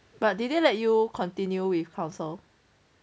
but did they let you continue with council